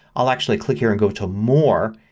i'll actually click here and go to more.